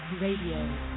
Radio